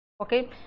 okay